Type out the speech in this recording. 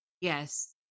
Yes